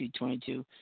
22